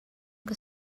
que